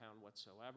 whatsoever